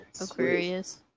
Aquarius